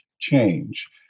change